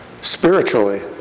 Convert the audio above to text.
spiritually